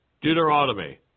Deuteronomy